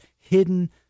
hidden